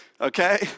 okay